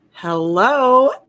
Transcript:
Hello